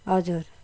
हजुर